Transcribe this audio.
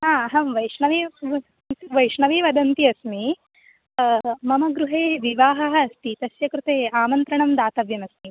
हा अहं वैष्णवी व् वैष्णवी वदन्ती अस्मि मम गृहे विवाहः अस्ति तस्य कृते आमन्त्रणं दातव्यम् अस्ति